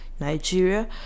Nigeria